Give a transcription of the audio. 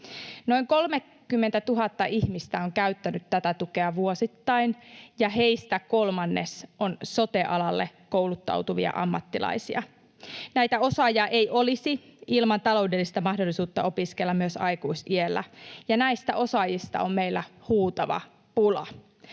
Noin 30 000 ihmistä on käyttänyt tätä tukea vuosittain, ja heistä kolmannes on sote-alalle kouluttautuvia ammattilaisia. Näitä osaajia ei olisi ilman taloudellista mahdollisuutta opiskella myös aikuisiällä, ja näistä osaajista on meillä huutava pula.